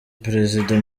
prezida